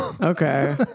okay